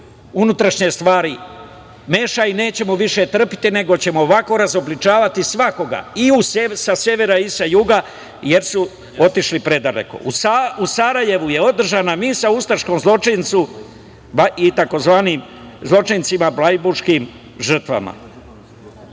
unutrašnje stvari meša i nećemo više trpeti, nego ćemo ovako razobličavati svakoga, i sa severa i sa juga, jer su otišli predaleko.U Sarajevu je održana misa ustaškom zločincu, takozvanim zločincima, blajbuškim